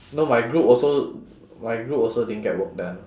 no my group also my group also didn't get work done